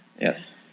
Yes